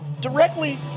directly